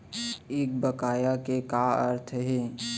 एक बकाया के का अर्थ हे?